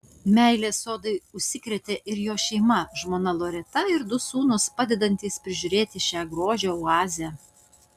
meile sodui užsikrėtė ir jo šeima žmona loreta ir du sūnūs padedantys prižiūrėti šią grožio oazę